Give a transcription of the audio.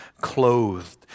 clothed